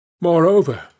Moreover